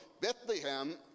Bethlehem